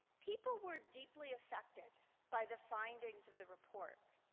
people were deeply affected by the findings of the report.